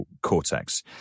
cortex